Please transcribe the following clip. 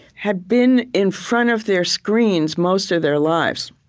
had been in front of their screens most of their lives.